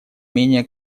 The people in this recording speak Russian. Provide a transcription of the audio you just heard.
менее